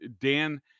Dan